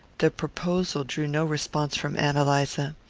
the proposal drew no response from ann eliza.